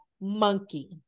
monkey